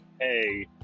Hey